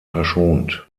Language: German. verschont